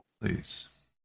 Please